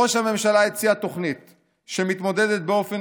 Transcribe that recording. ראש הממשלה הציע תוכנית שמתמודדת באופן